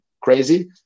crazy